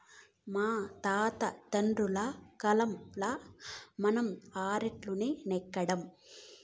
మా తాత తండ్రుల కాలంల మన ఆర్డర్లులున్నై, నేడెక్కడ